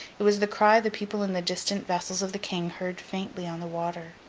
it was the cry the people in the distant vessels of the king heard faintly on the water.